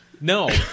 No